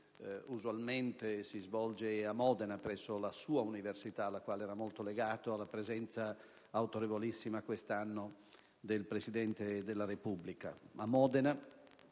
che usualmente si svolge a Modena, presso la sua università, alla quale era molto legato, alla presenza autorevolissima, quest'anno, del Presidente della Repubblica.